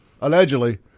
allegedly